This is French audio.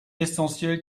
essentiel